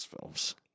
films